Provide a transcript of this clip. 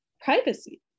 privacy